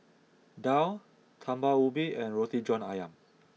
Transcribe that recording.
Daal Talam Ubi and Roti John Ayam